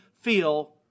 feel